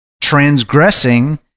transgressing